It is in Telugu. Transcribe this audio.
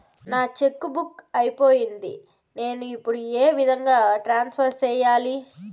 నా చెక్కు బుక్ అయిపోయింది నేను ఇప్పుడు ఏ విధంగా ట్రాన్స్ఫర్ సేయాలి?